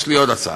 יש לי עוד הצעה: